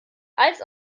als